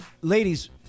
ladies